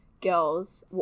Girls